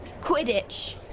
Quidditch